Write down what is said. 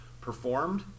performed